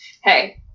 Hey